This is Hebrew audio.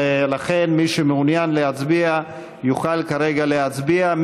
לכן מי שמעוניין להצביע יוכל כרגע להצביע.